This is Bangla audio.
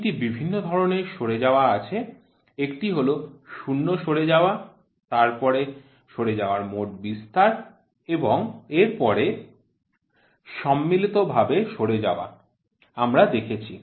তিনটি ভিন্ন ধরনের সরে যাওয়া আছে একটি হল শূন্য সরে যাওয়া তারপরে সরে যাওয়ার মোট বিস্তার এবং এরপরে সম্মিলিত ভাবে সরে যাওয়া আমরা দেখেছি